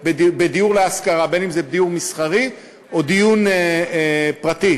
אם דיור מסחרי או דיור פרטי,